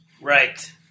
Right